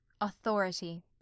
Authority